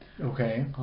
Okay